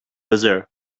other